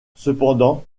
cependant